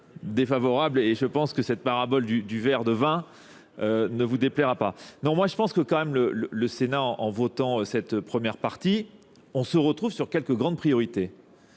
défavorables et je pense que cette parabole du verre de vin ne vous déplaira pas. Non, moi je pense que quand même le Sénat, en votant cette première partie, on se retrouve sur quelques grandes priorités.